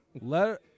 let